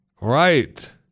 Right